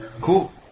Cool